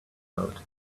out